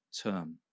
term